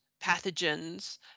pathogens